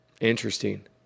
interesting